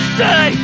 say